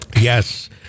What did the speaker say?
Yes